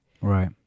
Right